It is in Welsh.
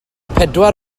pedwar